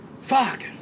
Fuck